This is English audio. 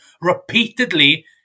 repeatedly